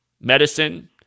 medicine